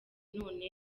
none